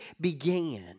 began